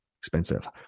expensive